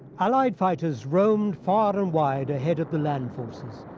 allied fighters roamed far and wide ahead of the land forces,